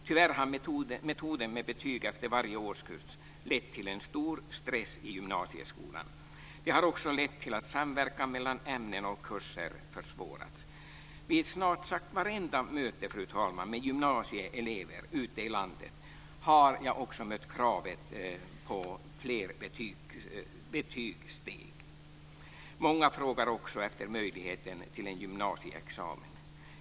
Tyvärr har metoden med betyg efter varje årskurs lett till en stor stress i gymnasieskolan. Den har också lett till att samverkan mellan ämnen och kurser försvårats. Vid snart sagt vartenda möte, fru talman, med gymnasieelever ute i landet har jag också mött kravet på fler betygssteg. Många frågar också efter möjligheten till en gymnasieexamen.